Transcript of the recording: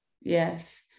yes